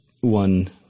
one